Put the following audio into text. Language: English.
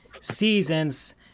seasons